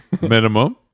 minimum